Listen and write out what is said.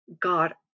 God